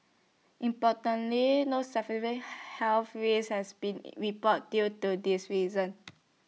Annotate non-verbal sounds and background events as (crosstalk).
importantly no (unintelligible) health risks have been reported due to these reason (noise)